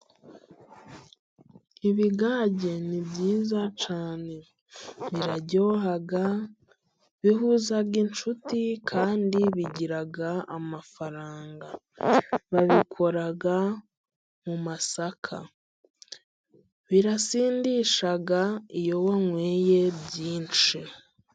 Ibigage ni byiza cyane, biraryoha, bihuza inshuti, kandi bigira amafaranga. Babikora mu masaka, birasindisha iyo unyweye byinshi.